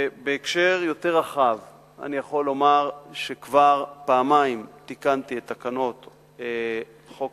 בהקשר יותר רחב אני יכול לומר שכבר פעמיים תיקנתי את תקנות חוק